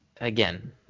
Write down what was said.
again